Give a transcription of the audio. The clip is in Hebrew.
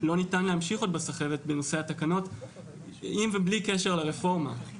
ולא ניתן להמשיך עוד בסחבת בנושא התקנות עם ובלי קשר לרפורמה.